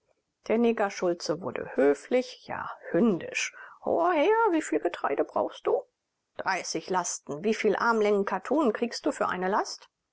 der negerschulze wurde höflich ja hündisch hoher herr wie viel getreide brauchst du dreißig lasten wie viel armlängen kattun kriegst du für eine last